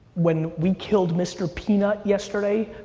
when we killed mr. peanut yesterday,